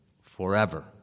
forever